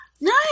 No